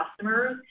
customers